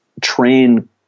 train